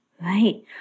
Right